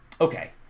Okay